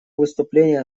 выступление